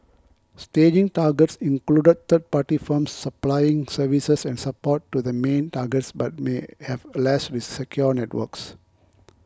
staging targets included third party firms supplying services and support to the main targets but may have less secure networks